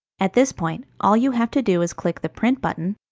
at this point, all you have to do is click the print button.